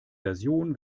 version